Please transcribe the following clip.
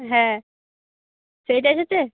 হ্যাঁ সেটা এসেছে